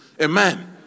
Amen